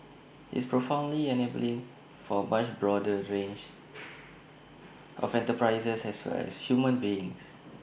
it's profoundly enabling for A much broader range of enterprises as well as human beings